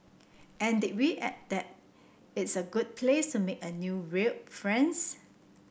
and did we add that it's a good place to make a new weird friends